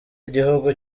igihugu